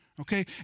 Okay